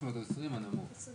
השאלה שלך האם צריך ללכת ולבקש,